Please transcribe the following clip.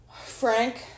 Frank